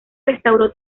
restauró